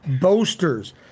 boasters